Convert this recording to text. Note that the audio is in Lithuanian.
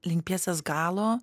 link pjesės galo